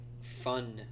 fun